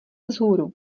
vzhůru